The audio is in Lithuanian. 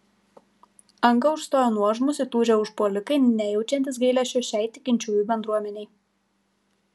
angą užstojo nuožmūs įtūžę užpuolikai nejaučiantys gailesčio šiai tikinčiųjų bendruomenei